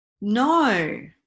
no